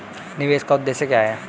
निवेश का उद्देश्य क्या है?